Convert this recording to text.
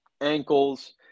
ankles